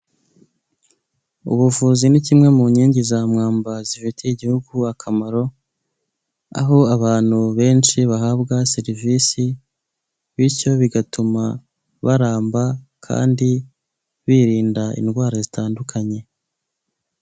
Ubuvuzi ni kimwe mu nkingi za mwamba zifitiye igihugu akamaro, aho abantu benshi bahabwa serivisi, bityo bigatuma baramba, kandi birinda indwara zitandukanye.